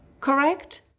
Correct